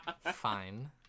Fine